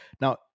Now